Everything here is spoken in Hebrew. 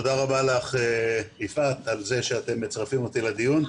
תודה רבה לך יפעת על זה שאתם מצרפים אותי לדיון.